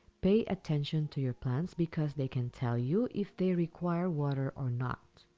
pay attention to your plants, because they can tell you if they require water or not.